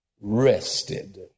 rested